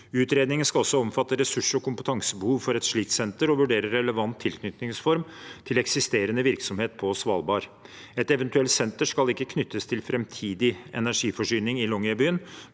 Utredningen skal også omfatte ressurs- og kompetansebehov for et slikt senter og vurdere relevant tilknytningsform til eksisterende virksomhet på Svalbard. Et eventuelt senter skal ikke knyttes til framtidig energiforsyning i Longyearbyen,